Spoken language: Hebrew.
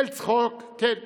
של צחוק, כן,